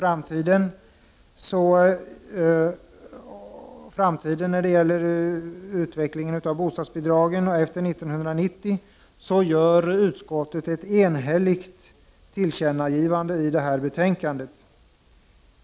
Beträffande utvecklingen av bostadsbidragen efter år 1990 gör utskottet ett enhälligt tillkännagivande i betänkandet.